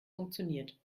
funktioniert